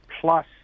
plus